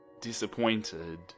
Disappointed